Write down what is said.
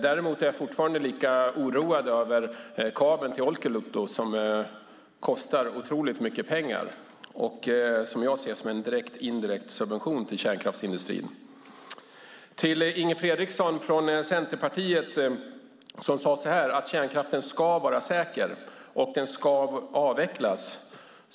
Däremot är jag fortfarande lika oroad över kabeln till Olkiluoto, som kostar otroligt mycket pengar och som jag ser som en direkt indirekt subvention till kärnkraftsindustrin. Inger Fredriksson från Centerpartiet sade att kärnkraften ska vara säker och att den ska avvecklas.